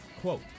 quote